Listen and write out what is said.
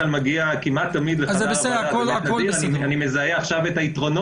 של חבר הכנסת קיש וחברי כנסת נוספים שתהו על עצמת ההגבלות בהפגנות